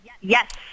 Yes